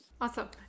Awesome